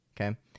Okay